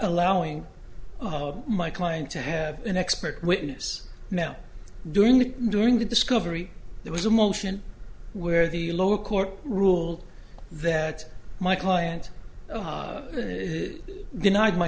allowing my client to have an expert witness now during the during the discovery there was a motion where the lower court ruled that my client denied my